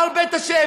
הר בית ה',